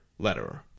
letterer